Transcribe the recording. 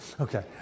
Okay